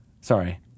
sorry